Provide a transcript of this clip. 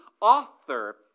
author